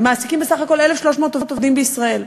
הם מעסיקים בסך הכול 1,300 עובדים בישראל.